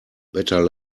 better